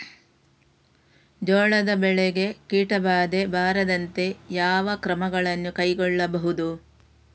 ಜೋಳದ ಬೆಳೆಗೆ ಕೀಟಬಾಧೆ ಬಾರದಂತೆ ಯಾವ ಕ್ರಮಗಳನ್ನು ಕೈಗೊಳ್ಳಬಹುದು?